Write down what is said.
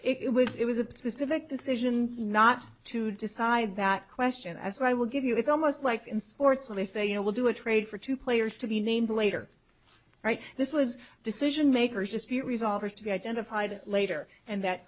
it was it was a specific decision not to decide that question as what i would give you it's almost like in sports where they say you know we'll do a trade for two players to be named later right this was a decision makers dispute resolver to be identified later and that